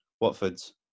Watford's